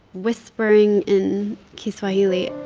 whispering in kiswahili.